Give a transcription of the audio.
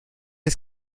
des